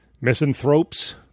misanthropes